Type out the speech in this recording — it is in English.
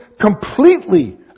completely